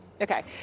okay